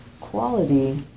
quality